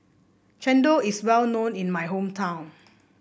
chendol is well known in my hometown